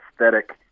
aesthetic